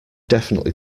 definitely